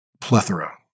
plethora